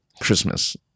Christmas